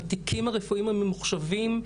בתיקים הרפואיים הממוחשבים,